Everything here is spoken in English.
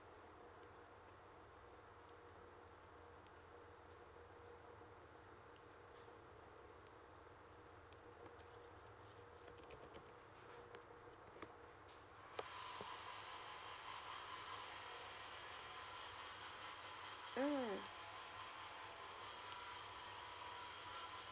mm